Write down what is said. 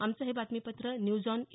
आमचं हे बातमीपत्र न्यूज ऑन ए